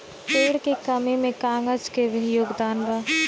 पेड़ के कमी में कागज के भी योगदान बा